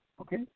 Okay